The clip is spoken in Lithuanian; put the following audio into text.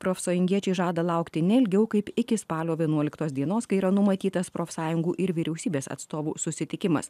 profsąjungiečiai žada laukti ne ilgiau kaip iki spalio vienuoliktos dienos kai yra numatytas profsąjungų ir vyriausybės atstovų susitikimas